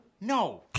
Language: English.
No